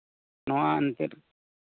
ᱱᱚᱣᱟ ᱮᱱᱛᱮᱜ